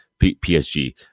PSG